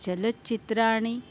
चलच्चित्राणि